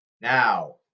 Now